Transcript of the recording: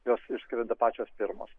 jos išskrenda pačios pirmos